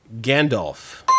Gandalf